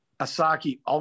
Asaki